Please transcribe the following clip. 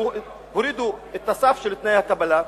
הורידו את הסף של תנאי הקבלה,